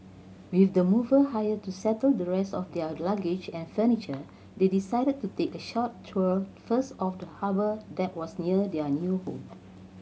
with the mover hired to settle the rest of their luggage and furniture they decided to take a short tour first of the harbour that was near their new home